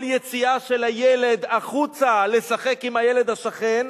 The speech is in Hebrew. כל יציאה של הילד החוצה לשחק עם הילד השכן,